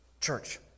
church